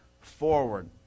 forward